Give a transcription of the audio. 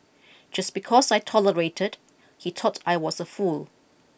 just because I tolerated he thought I was a fool